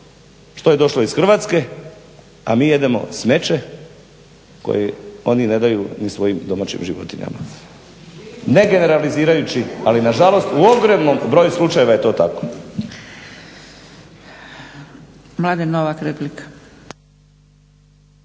što je došlo iz Hrvatske, a mi jedemo smeće koji oni ne daju ni svojim domaćim životinjama. Ne generalizirajući ali nažalost u ogromnim broju slučajeva je to tako. **Zgrebec, Dragica